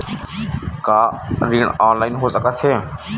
का ऋण ऑनलाइन हो सकत हे?